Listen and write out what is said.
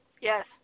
yes